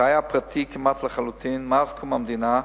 שהיה פרטי כמעט לחלוטין מאז קום המדינה,